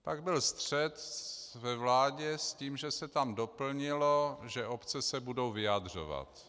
Pak byl střet ve vládě s tím, že se tam doplnilo, že obce se budou vyjadřovat.